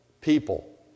people